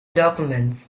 documents